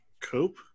Cope